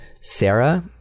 sarah